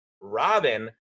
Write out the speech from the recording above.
Robin